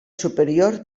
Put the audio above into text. superior